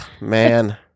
man